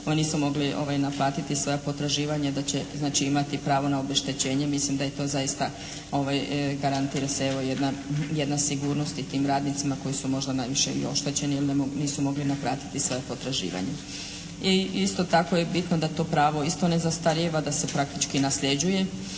nisu mogli naplatiti svoja potraživanja da će znači imati pravo na obeštećenje. Mislim da je to zaista garantira se evo jedna sigurnost i tim radnicima koji su možda najviše i oštećeni jer ne mogu, nisu mogli naplatiti svoja potraživanja. Isto tako je bitno da to pravo isto ne zastarijeva, da se praktički nasljeđuje